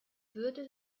würde